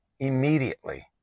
Immediately